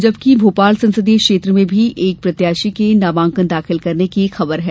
जबकि भोपाल संसदीय क्षेत्र में भी एक प्रत्याशी के नामांकन दाखिल करने की खबर है